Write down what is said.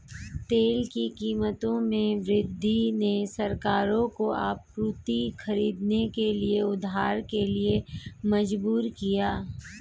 तेल की कीमतों में वृद्धि ने सरकारों को आपूर्ति खरीदने के लिए उधार के लिए मजबूर किया